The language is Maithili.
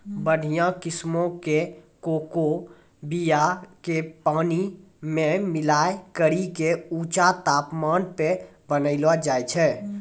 बढ़िया किस्मो के कोको बीया के पानी मे मिलाय करि के ऊंचा तापमानो पे बनैलो जाय छै